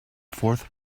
fourth